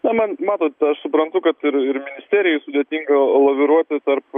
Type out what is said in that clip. na man matot aš suprantu kad ir ir ministerijai sudėtinga laviruoti tarp